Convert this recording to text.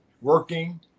working